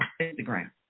Instagram